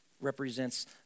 represents